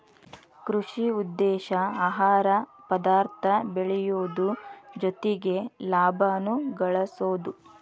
ಕೃಷಿ ಉದ್ದೇಶಾ ಆಹಾರ ಪದಾರ್ಥ ಬೆಳಿಯುದು ಜೊತಿಗೆ ಲಾಭಾನು ಗಳಸುದು